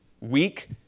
Weak